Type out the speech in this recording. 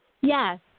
Yes